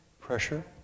Pressure